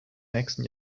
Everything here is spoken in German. nächsten